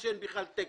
כאשר אין בכלל תקן.